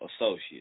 associates